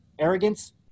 arrogance